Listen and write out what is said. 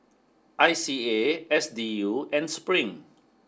I C A S D U and spring